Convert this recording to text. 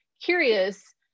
curious